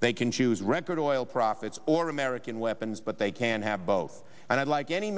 they can choose record oil profits or american weapons but they can't have both and i'd like any